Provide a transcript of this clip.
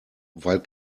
weil